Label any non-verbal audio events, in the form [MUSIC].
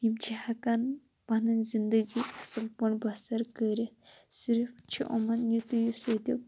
یِم چھِ ہیٚکَن پَنٕنۍ زِنٛدٕگی اَصٕل پٲٹھۍ بَسَر کٔرِتھ صِرف چھُ یِمَن [UNINTELLIGIBLE]